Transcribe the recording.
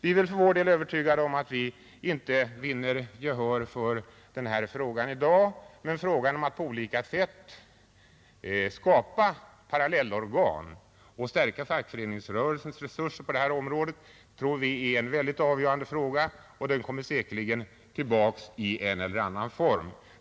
Vi är för vår del övertygade om att vi inte vinner gehör för den här frågan i dag, men vi tror att det avgörande är att vi på olika sätt kan skapa parallellorgan och stärka fackföreningsrörelsens resurser på det här området. Frågan kommer säkerligen tillbaka i en eller annan form.